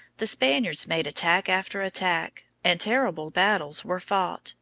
the spaniards made attack after attack, and terrible battles were fought,